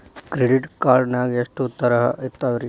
Credit card ನಾಗ ಎಷ್ಟು ತರಹ ಇರ್ತಾವ್ರಿ?